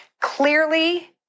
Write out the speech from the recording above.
clearly